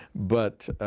but